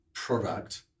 product